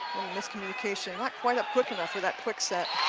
miscommunication, not quite up quick enough for that quick set.